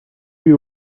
you